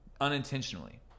unintentionally